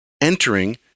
Entering